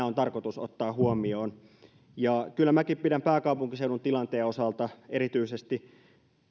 on tarkoitus ottaa huomioon kyllä minäkin pidän pääkaupunkiseudun tilanteen osalta ongelmallisena erityisesti